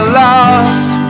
lost